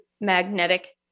magnetic